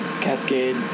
Cascade